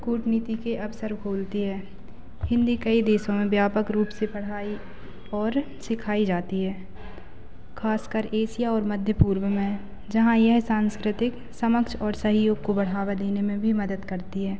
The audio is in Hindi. कूटनीति के अवसर खोलती है हिन्दी कई देशों में व्यापक रूप से पढ़ाई और सिखाई जाती है खासकर एसिया और मध्यपूर्व में जहाँ यह सांस्कृतिक समक्ष और सहयोग को बढ़ावा देने में भी मदद करती है